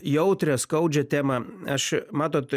jautrią skaudžią temą aš matot